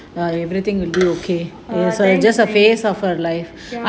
err thanks thanks ya